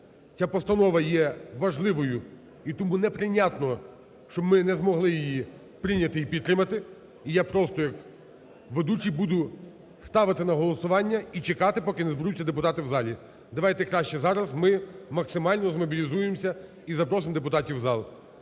ця постанова є важливою,і тому неприйнятно, щоб ми не змогли її прийняти і підтримати. І я просто як ведучий буду ставити на голосування і чекати, поки не зберуться депутати в залі. Давайте краще зараз ми максимально змобілізуємося і запросимо депутатів в зал.